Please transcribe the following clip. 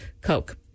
Coke